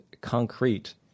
concrete